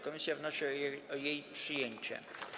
Komisja wnosi o jej przyjęcie.